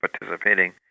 participating